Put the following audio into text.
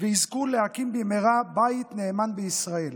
ויזכו להקים במהרה בית נאמן בישראל.